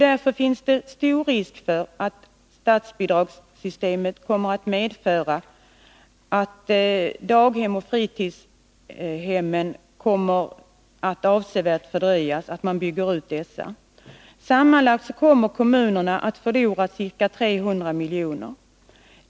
Därför finns det stor risk för att det nya statsbidragssystemet, som kraftigt minskar bidraget till daghem och fritidshem, får till följd att den fortsatta utbyggnaden av daghem och fritidshem kommer att avsevärt fördröjas. Sammanlagt kommer dessa kommuner att förlora ca 300 milj.kr.